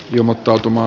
ilmoittautuma